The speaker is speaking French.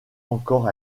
encore